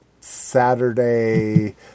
Saturday